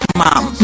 mom